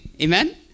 Amen